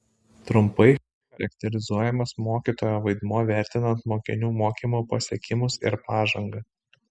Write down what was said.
trumpai charakterizuojamas mokytojo vaidmuo vertinant mokinių mokymosi pasiekimus ir pažangą